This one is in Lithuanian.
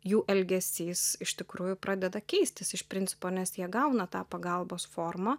jų elgesys iš tikrųjų pradeda keistis iš principo nes jie gauna tą pagalbos formą